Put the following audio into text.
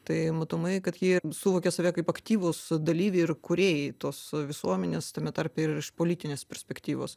tai matomai kad jie suvokė save kaip aktyvūs dalyviai ir kūrėjai tos visuomenės tame tarpe ir iš politinės perspektyvos